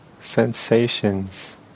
sensations